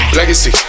Legacy